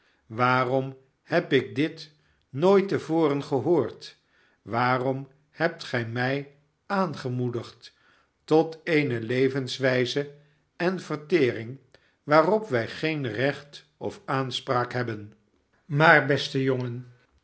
waarom heb ik dit nooit te voren gehoord waarom hebt gij mij aangemoedigd tot eene levenswijze en vertering waarop wij geen recht of aanspraak hebben maar beste jongen